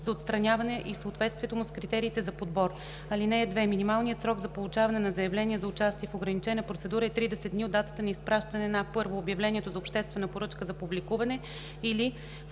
за отстраняване и съответствието му с критериите за подбор. (2) Минималният срок за получаване на заявления за участие в ограничена процедура е 30 дни от датата на изпращане на: 1. обявлението за обществена поръчка за публикуване, или 2.